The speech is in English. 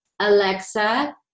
Alexa